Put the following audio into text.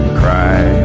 cry